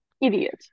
Idiot